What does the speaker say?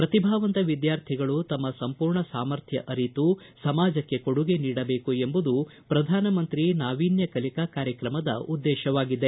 ಪ್ರತಿಭಾವಂತ ವಿದ್ಯಾರ್ಥಿಗಳು ತಮ್ಮ ಸಂಪೂರ್ಣ ಸಾಮರ್ಥ್ಯ ಅರಿತು ಸಮಾಜಕ್ಕೆ ಕೊಡುಗೆ ನೀಡಬೇಕು ಎಂಬುದು ಪ್ರಧಾನಮಂತ್ರಿ ನಾವಿನ್ಯ ಕಲಿಕಾ ಕಾರ್ಯಕ್ರಮದ ಉದ್ದೇಶವಾಗಿದೆ